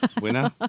winner